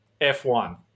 F1